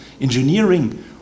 engineering